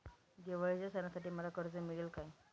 दिवाळीच्या सणासाठी मला कर्ज मिळेल काय?